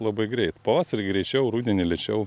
labai greit pavasarį greičiau rudenį lėčiau